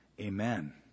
amen